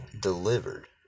delivered